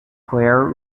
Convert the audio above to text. clare